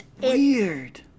weird